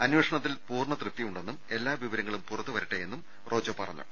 അന്വേ ഷണത്തിൽ പൂർണ്ണ തൃപ്തിയുണ്ടെന്നും എല്ലാ വിവരങ്ങളും പുറത്തുവര ട്ടെയെന്നും റോജോ പറഞ്ഞു